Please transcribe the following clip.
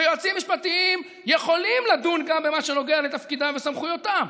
ויועצים משפטיים יכולים לדון גם במה שנוגע לתפקידם וסמכויותיהם,